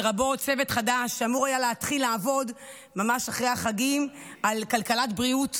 לרבות צוות חדש שאמור היה להתחיל לעבוד ממש אחרי החגים על כלכלת בריאות,